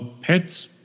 pets